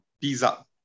Pizza